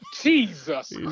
Jesus